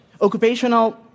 occupational